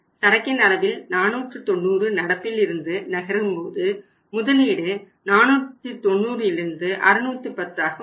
சரக்கின் அளவில் 490 நடப்பில் இருந்து நகரும்போது முதலீடு 490 இலிருந்து 610 ஆக உயரும்